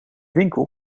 winkel